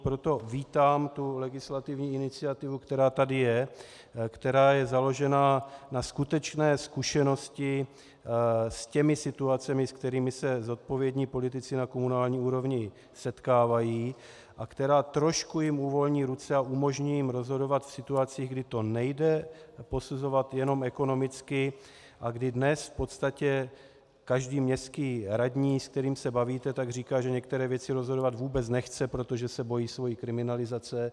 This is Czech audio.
Proto vítám legislativní iniciativu, která tady je, která je založena na skutečné zkušenosti s těmi situacemi, se kterými se zodpovědní politici na komunální úrovni setkávají, a která jim trošku uvolní ruce a umožní jim rozhodovat v situacích, kdy to nejde posuzovat jenom ekonomicky a kdy dnes v podstatě každý městský radní, se kterým se bavíte, říká, že některé věci rozhodovat vůbec nechce, protože se bojí své kriminalizace.